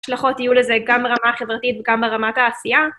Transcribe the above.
השלכות יהיו לזה גם ברמה החברתית וגם ברמת העשייה.